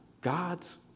God's